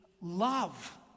love